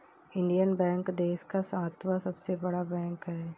Indian Bank देश का सातवां सबसे बड़ा बैंक है